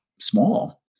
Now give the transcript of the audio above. small